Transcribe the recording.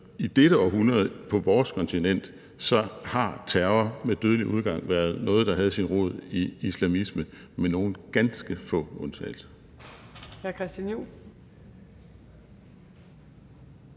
i dette århundrede på vores kontinent har terror med dødelig udgang været noget, der har haft sin rod i islamisme, med nogle ganske få undtagelser.